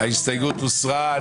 ההסתייגות הוסרה.